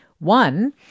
One